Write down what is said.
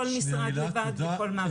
כל משרד לבד וכל מערכת לבד.